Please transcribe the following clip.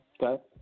Okay